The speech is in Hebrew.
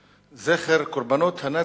לזכר קורבנות הנאצים,